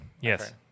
Yes